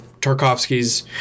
Tarkovsky's